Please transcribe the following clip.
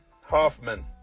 Hoffman